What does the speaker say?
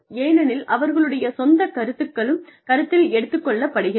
ஏனெனில் அவர்களுடைய சொந்த கருத்துக்களும் கருத்தில் எடுத்துக் கொள்ளப்படுகிறது